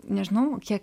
nežinau kiek